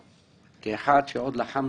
ישיבת מעקב".